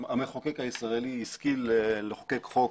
המחוקק הישראלי השכיל לחוקק חוק